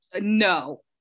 No